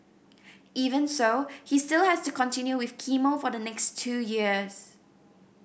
even so he still has to continue with chemo for the next two years